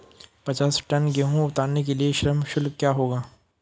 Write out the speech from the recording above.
पचास टन गेहूँ उतारने के लिए श्रम शुल्क क्या होगा?